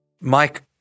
Mike